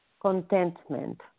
contentment